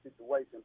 situation